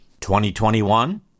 2021